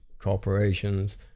corporations